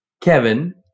Kevin